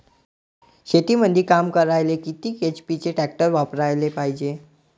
शेतीमंदी काम करायले किती एच.पी चे ट्रॅक्टर वापरायले पायजे?